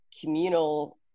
communal